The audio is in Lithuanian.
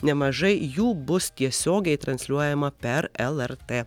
nemažai jų bus tiesiogiai transliuojama per lrt